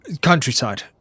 Countryside